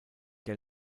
der